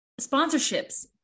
sponsorships